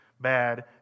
Bad